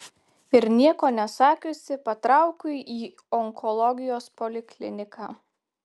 ir nieko nesakiusi patraukiau į onkologijos polikliniką